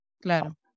Claro